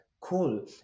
Cool